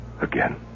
again